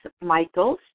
Michaels